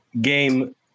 game